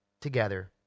together